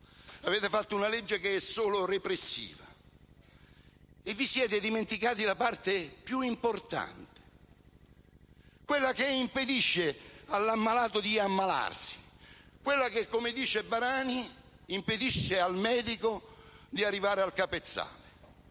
Avete fatto una legge che è solo repressiva, dimenticando la parte più importante, quella che impedisce all'ammalato di ammalarsi; quella che, come dice il senatore Barani, impedisce al medico di arrivare al capezzale: